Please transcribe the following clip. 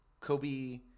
Kobe